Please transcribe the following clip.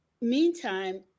Meantime